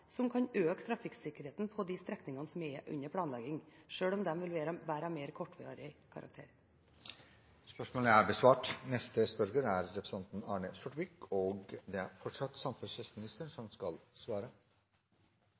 som kan øke trafikksikkerheten på de strekningene som er under planlegging, sjøl om de vil være av mer kortvarig karakter. «Bergensbanen er viktig for både gods- og passasjertrafikk mellom Bergen og Oslo. Banen krysser høyfjellsområder der det ikke er